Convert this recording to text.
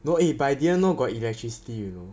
no eh but I didn't know got electricity you know